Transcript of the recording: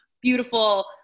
beautiful